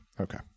Okay